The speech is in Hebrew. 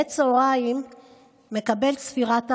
לעת צוהריים מקבל צפירת הרגעה,